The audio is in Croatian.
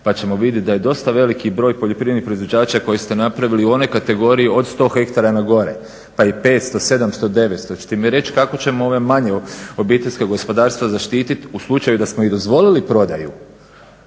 Pa ćemo vidjeti da je dosta veliki broj poljoprivrednih proizvođača koje ste napravili u onoj kategoriji od 100 hektara na gore, pa i 500, 700, 900. Hoćete mi reći kako ćemo ove manja obiteljska gospodarstva zaštiti u slučaju da smo i dozvolili prodaju